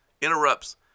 interrupts